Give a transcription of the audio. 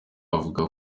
avuga